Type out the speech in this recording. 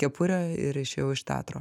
kepurę ir išėjau iš teatro